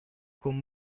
con